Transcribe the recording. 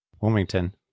Wilmington